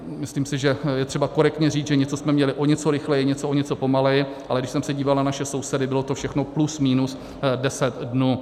Myslím si, že je třeba korektně říct, že něco jsme měli o něco rychleji, něco o něco pomaleji, ale když jsem se díval na naše sousedy, bylo to všechno plus minus 10 dnů.